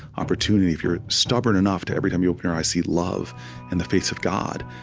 opportunity, if you're stubborn enough to, every time you open your eyes, see love and the face of god,